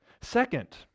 Second